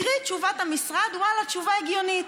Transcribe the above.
הקריא את תשובת המשרד, ואללה, תשובה הגיונית.